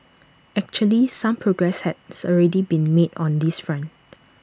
actually some progress has already been made on this front